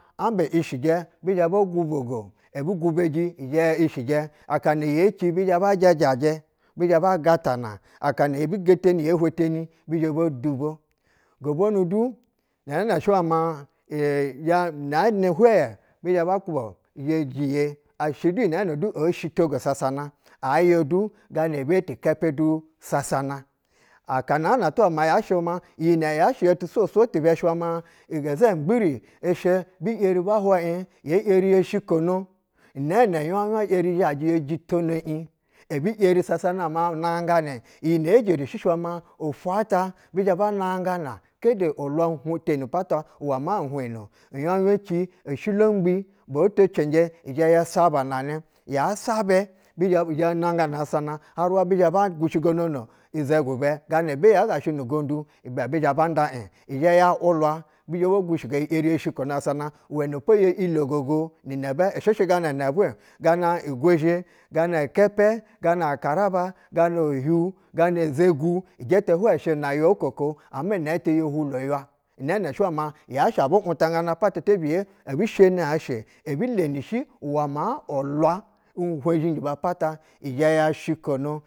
Ambɛ ishijɛ bi zhɛ bo gubigo, ebu gubeji i zhɛ yɛ ishijɛ aka na ye a yizhɛ ba jajajɛ bizhɛ ba gatana ebu geteni ye hweteni bi zhɛ bo duba. Gobwonu du inɛg nɛ shɛ wɛ ma n ɛhan, ya nɛ hwɛ bi zhɛ ba kwuba ye ɛshɛ iyi nɛɛnɛ du eshitogo sasana aya du gana be ti kɛpɛ du sasana akana na shɛ wɛ ma iyinɛtu hayashɛ tu swoŋ swoŋ shɛ ma igɛzɛmigbiri ishɛ be yeri ba hwa iŋ ye yeri yo shikono nɛɛnɛ u yuaŋ yuaŋ yeri zhajɛ yo jitono iŋ. E yeri sasana ma nanganɛ iyi nɛ ye jerishi shɛ ma fwu ata bi zhɛ ba nanga kede ulwa teni apata uwɛ ma a hiɛŋ uguaŋ yuaŋ ci oshilo gbi oto cɛnjɛ izhɛ ya sabananɛ ya sodɛ bi zhɛ bizhɛ namgana sasana har uwa bizhɛ bo gushigonono izɛgwu ibɛ gana be gana be yashɛ nu gouƌu ibɛ bi zhɛ banƌa iŋ izhɛ ya wulwa be yeri bo gu i yeri yo shikono sasana, uwɛnɛ gana inɛ inɛ vwɛ-o gana igwezhɛ gana ikɛpɛ, gana karaba, gana ohiu, gana izegu inɛ gɛ hwɛ shɛ inɛ uywa uko ko ama inɛtɛ. Yo hulo uywa inɛɛno shɛ uwɛ ma yashɛ abu wutanganɛ apata tebiye ebi gheki aŋ eshe ebu leni shi uwɛ ma ulwa uweŋz zhiriji ba pata izhɛ ya shikono.